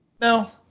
No